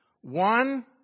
One